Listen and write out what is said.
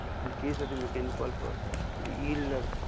in case of the mechanical pulp ah the yield of